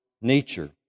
nature